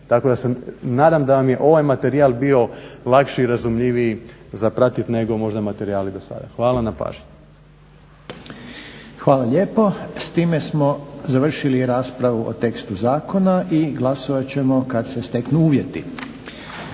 Tako da se nadam da vam je ovaj materijal bio lakši i razumljiviji za pratiti nego možda materijali dosada. Hvala na pažnji. **Reiner, Željko (HDZ)** Hvala lijepo. S time smo završili raspravu o tekstu zakona i glasovat ćemo kad se steknu uvjeti.